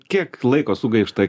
kiek laiko sugaišta